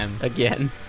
again